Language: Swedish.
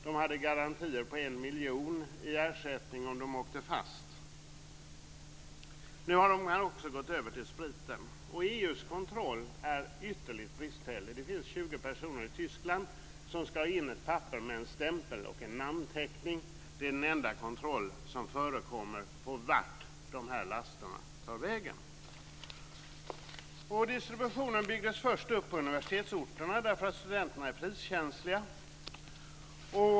De hade garantier på Nu har ligorna gått över till att smuggla sprit. EU:s kontroll är ytterligt bristfällig. Det finns 20 personer i Tyskland som kontrollerar ett papper med en stämpel och en namnteckning. Det är den enda kontroll som förekommer av vart dessa laster tar vägen. Distributionen byggdes först upp i universitetsorterna, därför att studenter är priskänsliga.